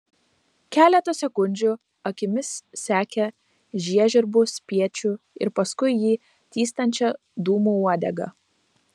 keletą sekundžių akimis sekė žiežirbų spiečių ir paskui jį tįstančią dūmų uodegą